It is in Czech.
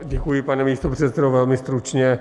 Děkuji, pane místopředsedo, velmi stručně.